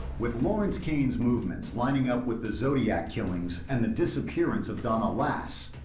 with lawrence kane's movements lining up with the zodiac killings and the disappearance of donna lass,